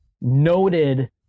noted